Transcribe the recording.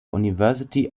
university